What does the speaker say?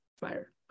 fire